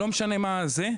לא משנה מה זה.